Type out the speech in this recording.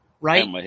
right